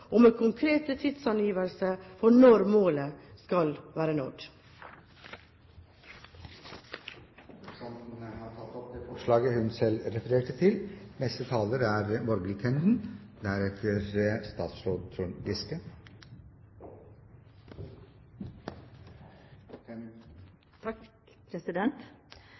og med konkrete tidsangivelser for når målet skal være nådd. Representanten Rigmor Andersen Eide har tatt opp det forslaget hun refererte til.